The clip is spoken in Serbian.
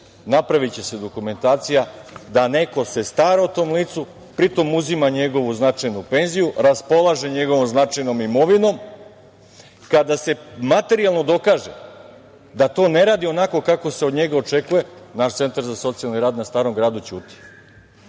napraviće se dokumentacija da neko se stara o tom licu, pri tome uzima njegovu značajnu penziju, raspolaže njegovom značajnom imovinom. Kada se materijalno dokaže da to ne radi onako kako se od njega očekuje, naš Centar za socijalni rad na Starom gradu ćuti